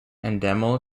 endemol